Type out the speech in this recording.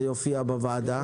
זה יופיע בוועדה.